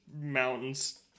mountains